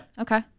Okay